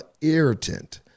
irritant